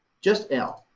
just l,